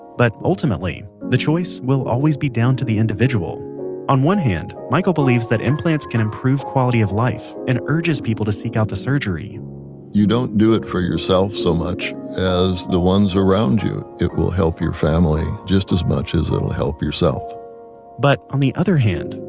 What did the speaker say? but ultimately, the choice will always be down to the individual on one hand, michael believes that implants can improve quality of life, and urges people to seek out the surgery you don't do it for yourself so much as the ones around you. it will help your family just as much as it'll help yourself but on the other hand,